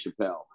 Chappelle